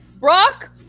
Brock